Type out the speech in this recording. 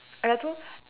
and I told